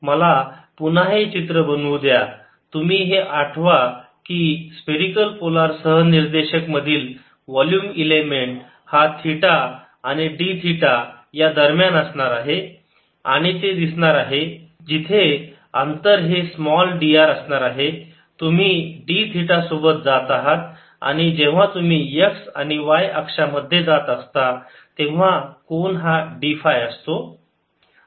मला पुन्हा हे चित्र बनवू द्या तुम्ही हे आठवा की स्फेरिकल पोलार सहनिर्देशक मधील वोल्युम इलेमेंट हा थिटा आणि d थिटा या दरम्यान असणार आहे आणि ते असे दिसणार आहे जिथे अंतर हे स्मॉल dR असणार आहे तुम्ही d थिटा सोबत जात आहात आणि जेव्हा तुम्ही x आणि y अक्षा मध्ये जात असता तेव्हा कोन हा dफाय असतो